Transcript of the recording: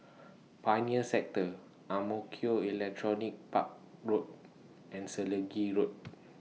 Pioneer Sector Ang Mo Kio Electronics Park Road and Selegie Road